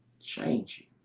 change